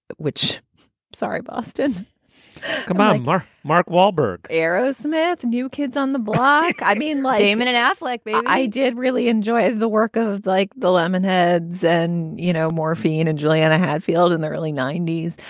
which sorry, boston commander mark mark wahlberg, aerosmith, new kids on the block i mean, lame and an ass like me i did really enjoy the work of like the lemonheads and, you know, morphine and juliana hatfield in the early ninety s.